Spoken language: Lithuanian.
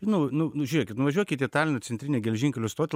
nu nu nu žiūrėkit nuvažiuokit į talino centrinę geležinkelio stotį